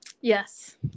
Yes